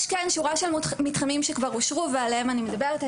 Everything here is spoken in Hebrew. יש כאן שורה של מתחמים שכבר אושרו ועליהם אני מדברת.